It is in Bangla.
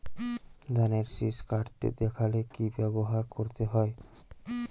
ধানের শিষ কাটতে দেখালে কি ব্যবহার করতে হয়?